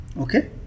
okay